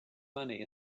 money